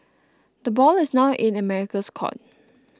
the ball is now in America's court